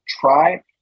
try